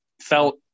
Felt